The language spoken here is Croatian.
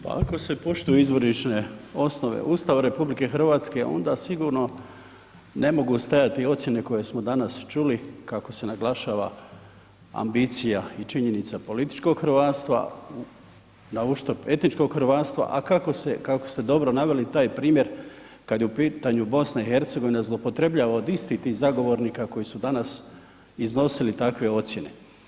Pa ako se poštuju izvorišne osnove Ustava RH, onda sigurno ne mogu stajati ocjene koje smo danas čuli kako se naglašava ambicija i činjenica političkog hrvatstva nauštrb etničkog hrvatstva a kako ste dobro naveli taj primjer kad je u pitanju BiH zloupotrebljava od istih tih zagovornika koji su danas iznosili takve ocjene.